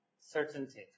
certainty